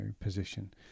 position